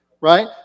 Right